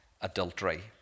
adultery